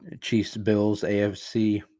Chiefs-Bills-AFC